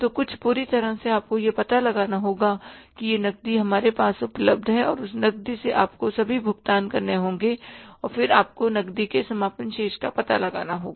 तो कुछ पूरी तरह से आपको यह पता लगाना होगा कि यह नकदी हमारे पास उपलब्ध है और उस नकदी से आपको सभी भुगतान करने होंगे और फिर आपको नकदी के समापन शेष का पता लगाना होगा